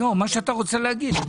מה שאתה רוצה להגיד.